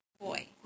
boy